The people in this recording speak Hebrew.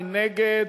מי נגד?